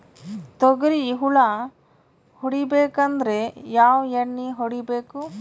ತೊಗ್ರಿ ಹುಳ ಹೊಡಿಬೇಕಂದ್ರ ಯಾವ್ ಎಣ್ಣಿ ಹೊಡಿಬೇಕು?